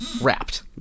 wrapped